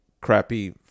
crappy